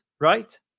right